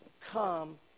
come